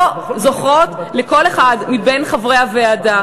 לא זוכות לקול אחד מבין חברי הוועדה.